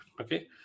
okay